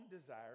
desire